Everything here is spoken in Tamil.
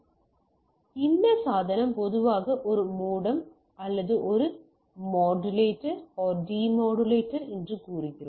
எனவே இந்த சாதனம் பொதுவாக ஒரு மோடம் அல்லது ஒரு மாடுலேட்டர் மற்றும் டீமாடுலேட்டர் என்று கூறுகிறோம்